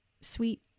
sweet